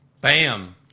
Bam